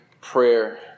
prayer